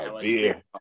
Beer